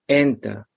enter